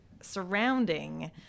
surrounding